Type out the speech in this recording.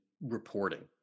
reporting